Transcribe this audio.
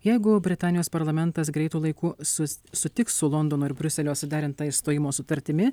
jeigu britanijos parlamentas greitu laiku sus sutiks su londono ir briuselio suderinta išstojimo sutartimi